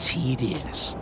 Tedious